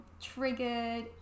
triggered